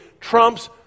trumps